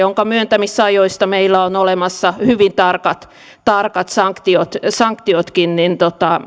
myöntämisajoista joista meillä on olemassa hyvin tarkat tarkat sanktiotkin sanktiotkin